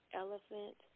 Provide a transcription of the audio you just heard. elephant